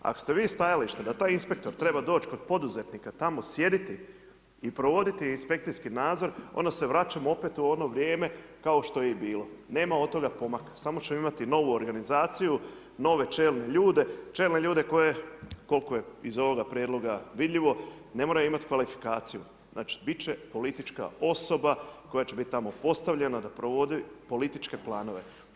Ako ste vi stajališta da taj inspektor treba doći do poduzetnika, tamo sjediti i provoditi inspekcijski nadzor, onda se vraćamo opet u ono vrijeme kao što je i bilo, nema od toga pomaka, samo ćemo imati novu organizaciju, nove čelne ljude, čelne ljude koji, koliko je iz ovoga prijedloga vidljivo ne moraju imati kvalifikaciju, znači biti će politička osoba, koja će biti tamo postavljena da provodi političke planove.